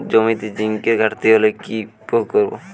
জমিতে জিঙ্কের ঘাটতি হলে কি প্রয়োগ করব?